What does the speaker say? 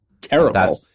terrible